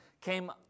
came